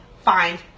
find